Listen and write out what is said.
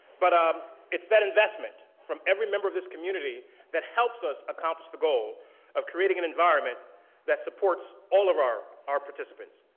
but um it's that investment from every member of this community that helps us accomplish the goal of creating an environment that supports all of our our participants.